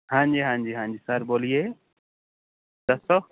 ਹਾਂਜੀ ਹਾਂਜੀ ਹਾਂਜੀ ਸਰ ਬੋਲੀਏ ਦੱਸੋ